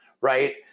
right